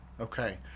Okay